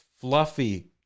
fluffy